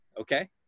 Okay